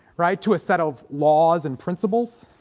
right to a set of laws and principles